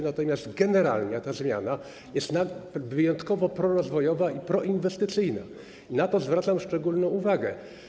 Natomiast generalnie ta zmiana jest wyjątkowo prorozwojowa i proinwestycyjna i na to zwracam szczególną uwagę.